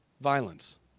Violence